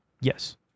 Yes